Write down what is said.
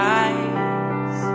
eyes